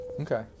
Okay